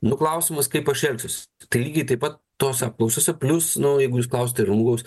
nu klausimas kaip aš elgsiuos tai lygiai taip pat tose apklausose plius nu jeigu jūs klausiate žmogaus